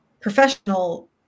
professional